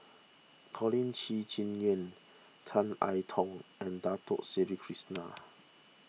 Colin Qi Zhe Quan Tan I Tong and Dato Sri Krishna